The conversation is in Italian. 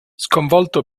sconvolto